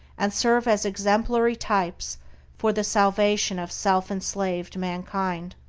and serve as exemplary types for the salvation of self-enslaved mankind.